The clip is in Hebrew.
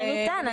בדיוק.